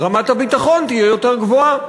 רמת הביטחון תהיה יותר גבוהה,